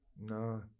No